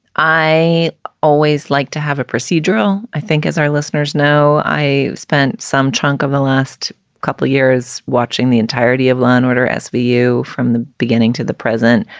i always like to have a procedural, i think, as our listeners know. i spent some chunk of the last couple of years watching the entirety of law and order s v. you from the beginning to the present.